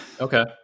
Okay